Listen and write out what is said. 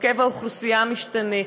הרכב האוכלוסייה משתנה.